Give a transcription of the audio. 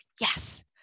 yes